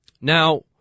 Now